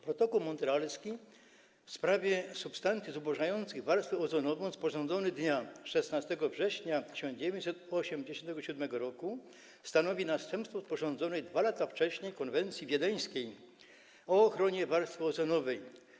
Protokół montrealski w sprawie substancji zubożających warstwę ozonową, sporządzony dnia 16 września 1987 r., stanowi następstwo sporządzonej 2 lata wcześniej Konwencji wiedeńskiej o ochronie warstwy ozonowej.